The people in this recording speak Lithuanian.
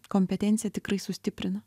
kompetenciją tikrai sustiprina